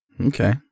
Okay